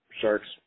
Sharks